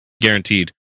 Guaranteed